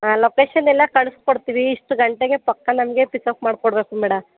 ಹಾಂ ಲೊಕೇಶನ್ ಎಲ್ಲ ಕಳಿಸ್ಕೊಡ್ತೀವಿ ಇಷ್ಟು ಗಂಟೆಗೆ ಪಕ್ಕ ನಮಗೆ ಪಿಕಪ್ ಮಾಡಿಕೊಡ್ಬೇಕು ಮೇಡಮ್